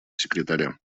секретаря